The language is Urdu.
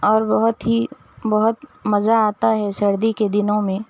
اور بہت ہی بہت مزہ آتا ہے سردی کے دنوں میں